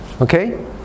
Okay